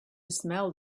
smell